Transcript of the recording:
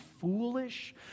foolish